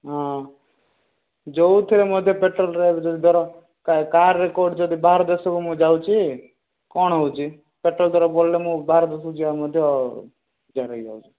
ହଁ ଯେଉଁଥରେ ମଧ୍ୟ ପେଟ୍ରୋଲ୍ ଦର କା କାରରେ କେଉଁଠି ଯଦି ବାହାର ଦେଶକୁ ମୁଁ ଯାଉଛି କ'ଣ ହେଉଛି ପେଟ୍ରୋଲ୍ ଦର ବଢ଼ିଲେ ମୁଁ ବାହାର ଦେଶକୁ ଯିବାକୁ ଆଉ ମଧ୍ୟ ବିଜାର ହେଇଯାଉଛି